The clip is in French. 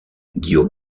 guillaume